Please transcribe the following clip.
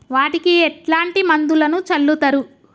వాటికి ఎట్లాంటి మందులను చల్లుతరు?